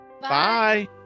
Bye